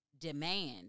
demand